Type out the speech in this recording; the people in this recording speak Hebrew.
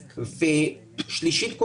ושלישית,